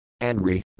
Angry